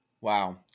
Wow